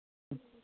മ്